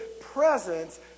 presence